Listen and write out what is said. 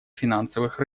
финансовых